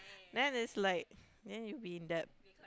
then it's like then you'll be in debt